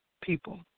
people